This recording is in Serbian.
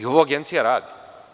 Ova Agencija radi.